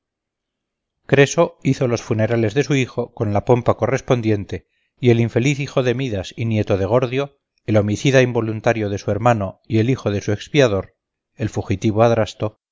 creso hizo los funerales de su hijo con la pompa correspondiente y el infeliz hijo de midas y nieto de gordio el homicida involuntario de su hermano y del hijo de su expiador el fugitivo adrasto